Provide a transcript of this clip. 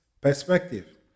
perspective